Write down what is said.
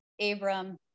Abram